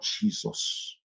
Jesus